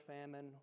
famine